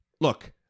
look